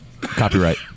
Copyright